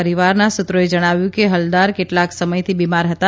પરિવારના સૂત્રોએ જણાવ્યું કે હલદાર કેટલાક સમયથી બિમાર હતા